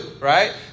right